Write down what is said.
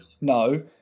no